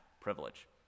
privilege